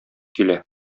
килә